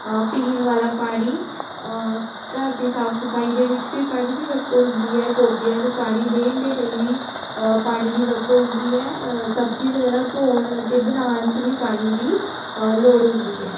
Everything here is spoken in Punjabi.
ਅ ਪੀਣ ਵਾਲਾ ਪਾਣੀ ਘਰ ਦੀ ਸਾਫ਼ ਸਫ਼ਾਈ ਦੇ ਵਿੱਚ ਵੀ ਪਾਣੀ ਦੀ ਵਰਤੋਂ ਹੁੰਦੀ ਹੈ ਪੌਦਿਆਂ ਨੂੰ ਪਾਣੀ ਦੇਣ ਦੇ ਲਈ ਵੀ ਪਾਣੀ ਦੀ ਵਰਤੋਂ ਹੁੰਦੀ ਹੈ ਸਬਜ਼ੀ ਵਗੈਰਾ ਧੋਣ ਅਤੇ ਬਣਾਉਣ 'ਚ ਵੀ ਪਾਣੀ ਦੀ ਲੋੜ ਹੁੰਦੀ ਹੈ